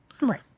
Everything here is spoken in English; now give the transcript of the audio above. Right